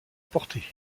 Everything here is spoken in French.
portée